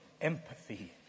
empathy